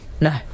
No